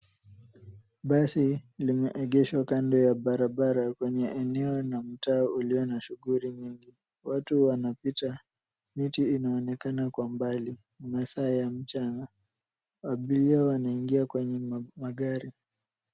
Basi limeegeshwa kando ya barabara kwenye eneo na mtaa ulio na shughuli nyingi. Watu wanapita. Miti inaonekana kwa mbali. Ni masaa ya mchana. Abiria wanaingia kwenye magari.